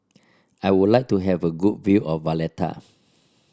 I would like to have a good view of Valletta